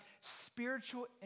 spiritual